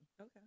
Okay